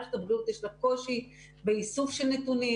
מערכת הבריאות יש לה קושי באיסוף של נתונים,